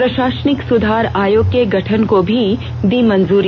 प्रषासनिक सुधार आयोग के गठन को भी दी मंजुरी